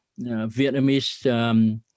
Vietnamese